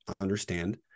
understand